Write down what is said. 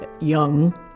young